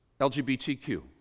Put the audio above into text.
LGBTQ